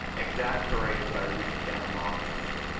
exasperated by recent animosities,